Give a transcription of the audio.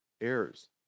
errors